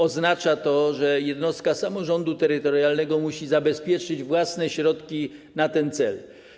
Oznacza to, że jednostka samorządu terytorialnego musi mieć zabezpieczone własne środki na ten cel.